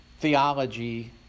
theology